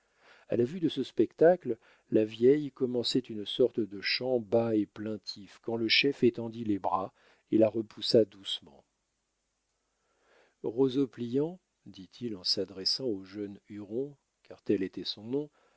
à la vue de ce spectacle la vieille commençait une sorte de chant bas et plaintif quand le chef étendit les bras et la repoussa doucement roseau pliant dit-il en s'adressant au jeune huron car tel était son nom